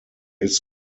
ist